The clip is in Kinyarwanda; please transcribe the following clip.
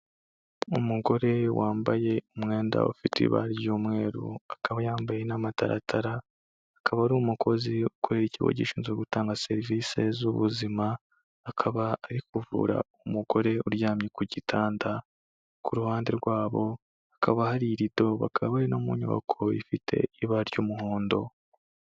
Umugore wambaye umwenda ufite ibara ry'umweru akaba yambaye n'amataratara, akaba ari umukozi ukoreraye ikigo gishinzwe gutanga serivisi z'ubuzima, akaba ari kuvura umugore uryamye ku gitanda. Ku ruhande rwabo hakaba hari ilido bakaba bari no mu nyubako ifite ibara ry'umuhondo.